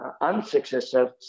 unsuccessful